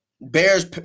Bears